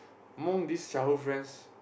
among these childhood friends